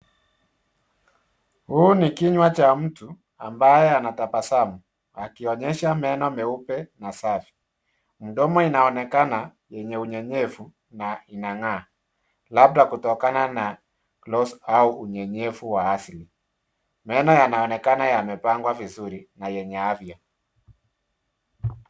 Huu ni kinywa cha mtu ambaye anatabasamu akionyesha meno meupe na safi. Mdomo inaonekana yenye unyenyefu na inang'aa, labda kutokana na gloss au unyenyefu wa asili. Meno yanaonekana yamepangwa vizuri na yenye afya.